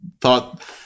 thought